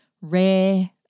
rare